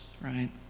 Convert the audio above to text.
right